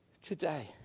today